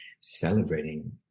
celebrating